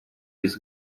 без